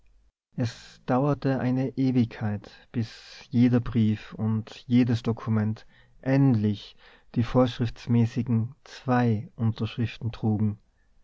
es dauerte eine ewigkeit bis jeder brief und jedes dokument endlich die vorschriftsmäßigen zwei unterschriften trugen